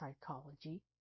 psychology